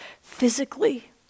physically